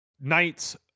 knights